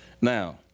Now